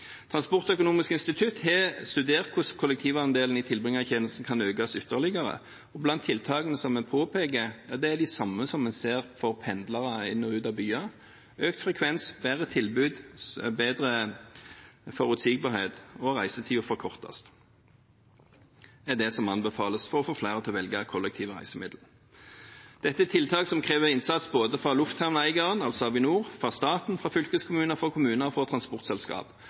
Transportøkonomisk institutt har studert hvordan kollektivandelen i tilbringertjenesten kan økes ytterligere, og blant tiltakene som påpekes, er de samme som en ser for pendlere inn og ut av byer: Økt frekvens, bedre tilbud, bedre forutsigbarhet og forkortet reisetid er det som anbefales for å få flere til å velge kollektive transportmidler. Dette er tiltak som krever innsats fra lufthavneieren – altså Avinor – fra staten, fylkeskommuner, kommuner og transportselskap. Og i regjeringens handlingsplan for